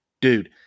Dude